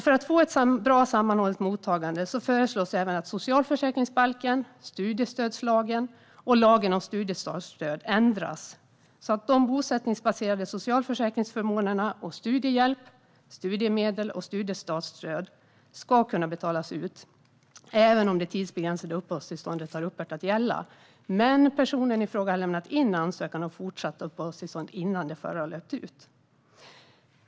För att få ett bra sammanhållet mottagande föreslås även att socialförsäkringsbalken, studiestödslagen och lagen om studiestartsstöd ändras så att bosättningsbaserade socialförsäkringsförmåner och studiehjälp, studiemedel och studiestartsstöd ska kunna betalas ut även om det tidsbegränsade uppehållstillståndet har upphört att gälla men personen i fråga har lämnat in ansökan om fortsatt uppehållstillstånd innan det förra har löpt ut.